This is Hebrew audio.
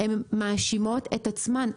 מאשימות את עצמן.